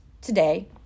today